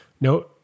no